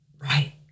Right